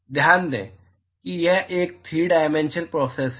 ध्यान दें कि यह एक 3 डायमेंशनल प्रोसेस है